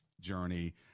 journey